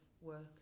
Work